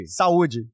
Saúde